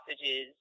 sausages